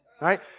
Right